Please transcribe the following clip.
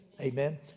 amen